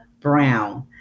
Brown